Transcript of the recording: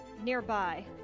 nearby